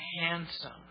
handsome